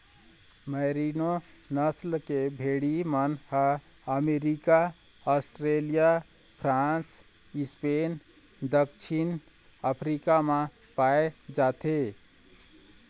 मेरिनों नसल के भेड़ी मन ह अमरिका, आस्ट्रेलिया, फ्रांस, स्पेन, दक्छिन अफ्रीका म पाए जाथे